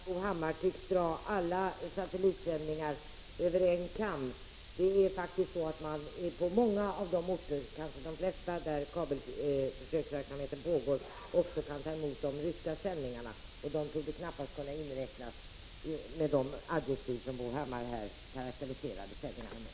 Herr talman! Jag vill bara påpeka att Bo Hammar tycks dra alla satellitsändningar över en kam. Det är faktiskt så att man på många av de orter, kanske de flesta, där försöksverksamheten med kabel-TV pågår också kan ta emot de ryska sändningarna, och de torde knappast kunna karakteriseras med de adjektiv som Bo Hammar här använde beträffande kabel-TV sändningarna.